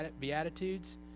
beatitudes